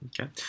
Okay